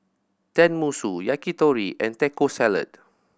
Tenmusu Yakitori and Taco Salad